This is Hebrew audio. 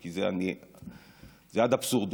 כי זה אד אבסורדום.